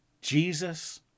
Jesus